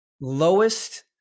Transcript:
Lowest